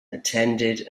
attended